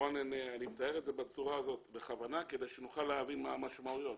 אני מתאר את זה בצורה הזאת בכוונה כדי שנוכל להבין מהן המשמעויות.